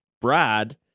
Brad